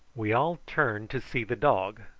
we all turned to see the dog,